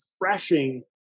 refreshing